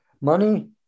money